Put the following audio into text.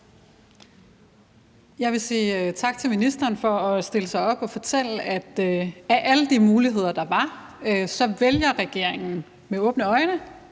Jeg vil sige tak til ministeren for at stille sig op og fortælle, at af alle de muligheder, der var, vælger regeringen med åbne øjne,